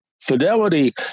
fidelity